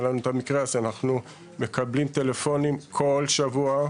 לנו את המקרה הזה אז אנחנו מקבלים טלפונים כל שבוע,